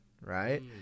Right